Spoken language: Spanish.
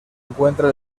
encuentra